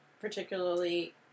particularly